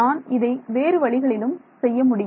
நான் இதை வேறு வழிகளிலும் செய்யமுடியும்